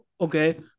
Okay